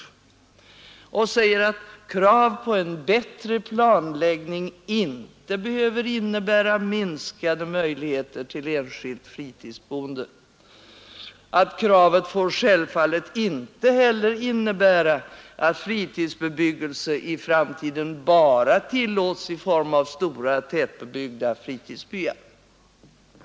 Han säger att krav på en bättre planläggning behöver inte innebära minskade möjligheter till enskilt fritidsboende och att kraven självfallet inte heller får innebära att Fredagen den fritidsbebyggelse i framtiden bara tillåts i form av stora tätbebyggda 15 december 1972 fritidsbyar.